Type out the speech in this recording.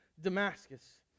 Damascus